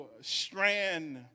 strand